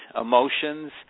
emotions